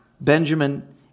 Benjamin